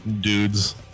dudes